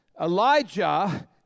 Elijah